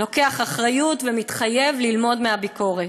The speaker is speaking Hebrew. לוקח אחריות ומתחייב ללמוד מהביקורת.